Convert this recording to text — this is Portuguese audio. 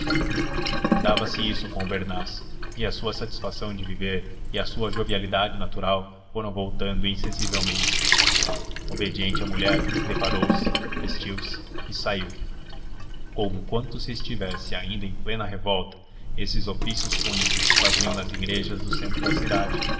dava-se isso com albernaz e a sua satisfação de viver e a sua jovialidade natural foram voltando insensivelmente obediente à mulher preparou-se vestiu-se e saiu conquanto se estivesse ainda em plena revolta esses ofícios fúnebres se faziam nas igrejas do centro da cidade